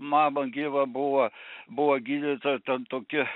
mama gyva buvo buvo gydytoja ten tokia